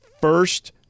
first